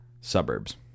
suburbs